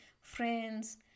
friends